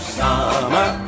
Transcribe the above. summer